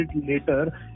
later